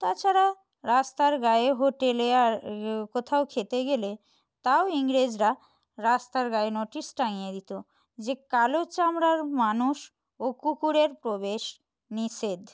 তাছাড়া রাস্তার গায়ে হোটেলে আর কোথাও খেতে গেলে তাও ইংরেজরা রাস্তার গায়ে নোটিশ টাঙিয়ে দিতো যে কালো চামড়ার মানুষ ও কুকুরের প্রবেশ নিষেধ